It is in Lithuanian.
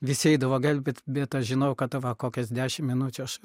visi eidavo gelbėt bet aš žinojau kad va kokias dešimt minučių aš